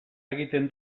egiten